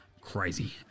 Crazy